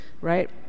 right